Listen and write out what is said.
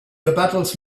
battles